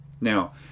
Now